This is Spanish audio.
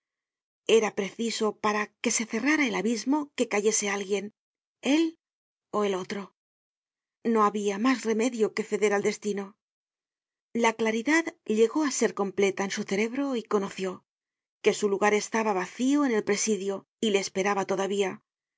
era preciso para que se cerrara el abismo que cayese alguien él ó el otro no habia mas remedio que ceder al destino la claridad llegó á ser completa en su cerebro y conoció que su lugar estaba vacío en el presidio y le esperaba todavía